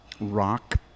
rock